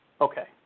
Okay